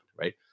right